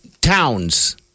Towns